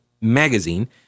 magazine